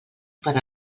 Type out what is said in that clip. per